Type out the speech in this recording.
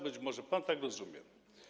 Być może pan tak to rozumie?